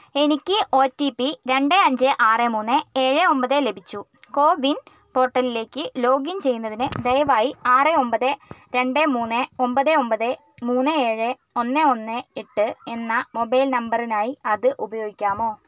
എനിക്ക് O T P രണ്ട് അഞ്ച് ആറ് മൂന്ന് ഏഴ് ഒമ്പത് ലഭിച്ചു കോവിൻ പോർട്ടലിലേക്ക് ലോഗിൻ ചെയ്യുന്നതിന് ദയവായി ആറ് ഒമ്പത് രണ്ട് മൂന്ന് ഒമ്പത് ഒമ്പത് മൂന്ന് ഏഴ് ഒന്ന് ഒന്ന് എട്ട് എന്ന മൊബൈൽ നമ്പറിനായി അത് ഉപയോഗിക്കാമോ